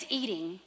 eating